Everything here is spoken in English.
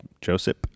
Joseph